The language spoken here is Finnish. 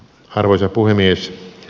arvoisa puhemies